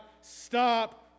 stop